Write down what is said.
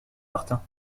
martin